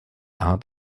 art